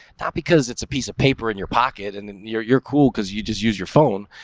not because it's a piece of paper in your pocket, and then you're you're cool because you just use your phone.